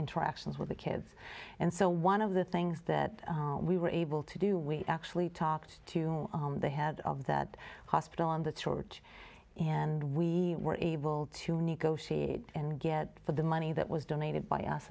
interactions with the kids and so one of the things that we were able to do we actually talked to the head of that hospital and the church in and we were able to negotiate and get the money that was donated by us